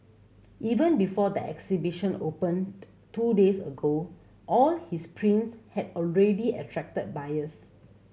even before the exhibition opened two days ago all his prints had already attracted buyers